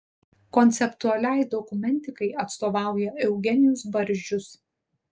konceptualiai dokumentikai atstovauja eugenijus barzdžius